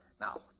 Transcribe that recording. Now